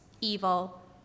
evil